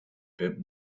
bit